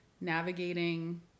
navigating